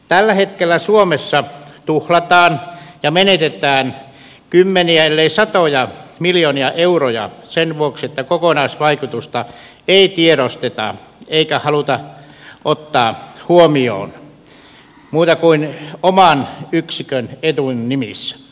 tällä hetkellä suomessa tuhlataan ja menetetään kymmeniä ellei satoja miljoonia euroja sen vuoksi että kokonaisvaikutusta ei tiedosteta eikä haluta ottaa huomioon muuta kuin oman yksikön edun nimissä